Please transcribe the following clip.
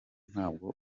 ntabwo